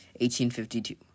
1852